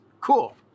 Cool